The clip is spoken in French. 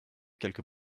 quelques